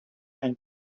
and